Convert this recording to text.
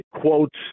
quotes